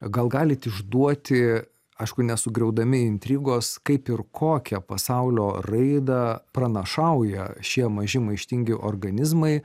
gal galit išduoti aišku nesugriaudami intrigos kaip ir kokią pasaulio raidą pranašauja šie maži maištingi organizmai